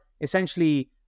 essentially